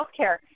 healthcare